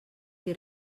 que